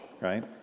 right